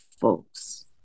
folks